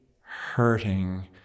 hurting